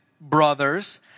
brothers